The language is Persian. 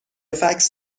فکس